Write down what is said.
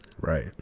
right